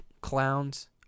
clowns